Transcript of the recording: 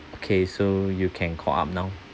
okay so you can call up now